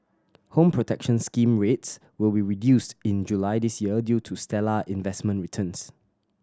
Home Protection Scheme rates will be reduced in July this year due to stellar investment returns